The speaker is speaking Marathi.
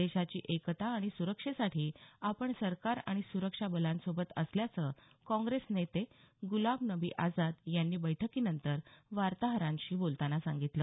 देशाची एकता आणि सुरक्षेसाठी आपण सरकार आणि सुरक्षा बलांसोबत असल्याचं काँग्रेस नेते ग्रलाम नबी आझाद यांनी बैठकीनंतर वार्ताहारंशी बोलताना सांगितलं